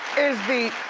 is the